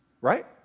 right